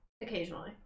Occasionally